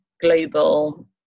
global